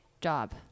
job